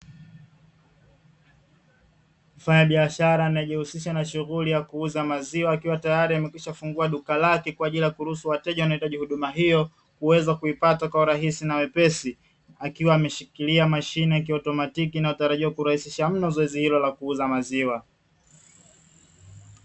Mfanyabiashara anayejihusisha na shughuli ya kuuza maziwa akiwa tayari ameshafungua duka lake kwaajili ya kuruhusu wateja waohitaji huduma hiyo kuweza kuipata kwa urahisi na wepesi, akiwa ameshikilia mashine ya kiotomatiki inayotarajiwa kurahisisha zoezi hilo la kuuza maziwa.